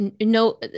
No